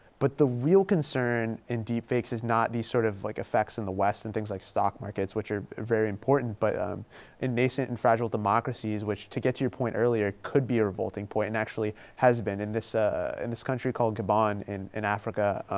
but the real concern in deep fakes is not these sort of like effects in the west and things like stock markets, which are very important but um in nascent and fragile democracies, which to get to your point earlier could be a revolting point and actually has been in this ah in this country called gabon in in africa.